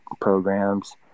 programs